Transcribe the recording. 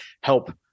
help